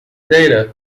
data